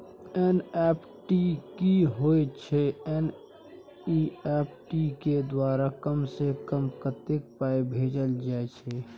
NEFT की होय छै एन.ई.एफ.टी के द्वारा कम से कम कत्ते पाई भेजल जाय छै?